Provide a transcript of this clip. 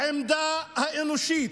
העמדה האנושית,